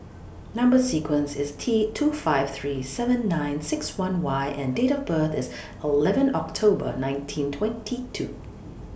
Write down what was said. Number sequence IS T two five three seven nine six one Y and Date of birth IS O eleven October nineteen twenty two